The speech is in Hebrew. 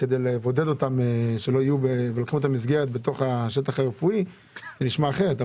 מבודדים אותם, זה נשמע אחרת.